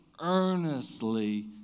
earnestly